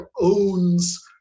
owns